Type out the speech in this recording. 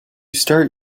start